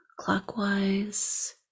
clockwise